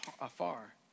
afar